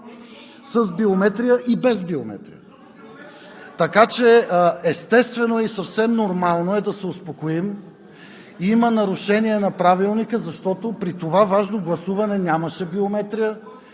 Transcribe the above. с биометрия и без биометрия. (Шум и реплики.) Естествено и съвсем нормално е да се успокоим. Има нарушения на Правилника, защото при това важно гласуване нямаше биометрия